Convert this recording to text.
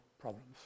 problems